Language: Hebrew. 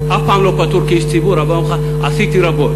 אני אף פעם לא פטור כאיש ציבור, אבל עשיתי רבות.